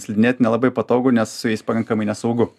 slidinėt nelabai patogu nes su jais pakankamai nesaugu